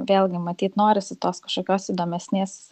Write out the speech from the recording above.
vėlgi matyt norisi tos kažkokios įdomesnės